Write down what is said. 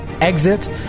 exit